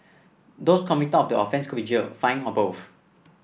those convicted of the offence could be jailed fined or both